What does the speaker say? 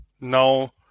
now